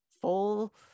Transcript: full